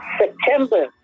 September